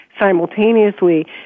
simultaneously